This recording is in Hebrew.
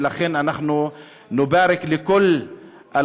ולכן אנחנו (אומר בערבית: מברכים את כל הבוגרים